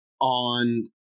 on